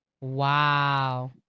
Wow